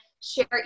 share